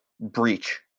breach